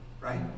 right